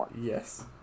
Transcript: Yes